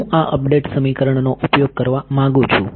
હું આ અપડેટ સમીકરણનો ઉપયોગ કરવા માંગુ છું